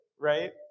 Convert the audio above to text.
Right